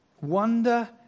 wonder